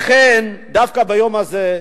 לכן, דווקא ביום הזה,